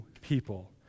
people